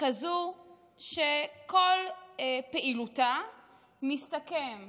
כזאת שכל פעילותה מסתכמת